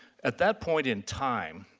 at that point in time,